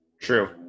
True